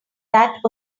that